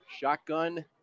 Shotgun